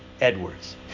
Edwards